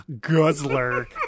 guzzler